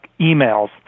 emails